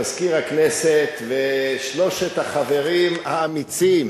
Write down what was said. מזכיר הכנסת ושלושת החברים האמיצים